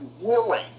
willing